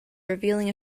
revealing